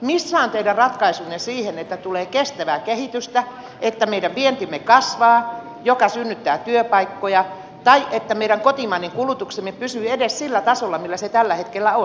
missä ovat teidän ratkaisunne siihen että tulee kestävää kehitystä että meidän vientimme kasvaa mikä synnyttää työpaikkoja tai että meidän kotimainen kulutuksemme pysyy edes sillä tasolla millä se tällä hetkellä on